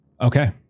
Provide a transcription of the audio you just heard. Okay